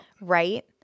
right